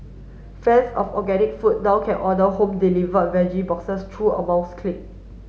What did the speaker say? fans of organic food now can order home delivered veggie boxes through a mouse click